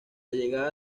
llegada